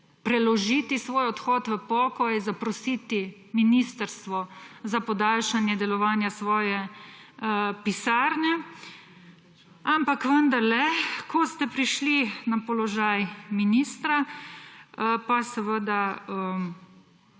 preložiti svoj odhod v pokoj, zaprositi ministrstvo za podaljšanje delovanja svoje pisarne, ampak vendarle, ko ste prišli na položaj ministra, pa seveda